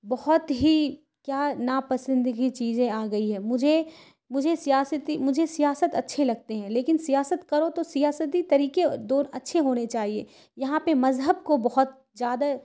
بہت ہی کیا ناپسندگی چیزیں آ گئی ہے مجھے مجھے سیاسی مجھے سیاست اچھے لگتے ہیں لیکن سیاست کرو تو سیاسی طریقے دور اچھے ہونے چاہیے یہاں پہ مذہب کو بہت زیادہ